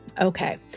Okay